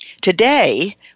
Today